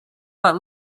but